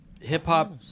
hip-hop